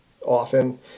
often